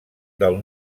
del